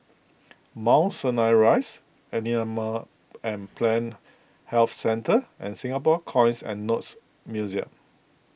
Mount Sinai Rise Animal and Plant Health Centre and Singapore Coins and Notes Museum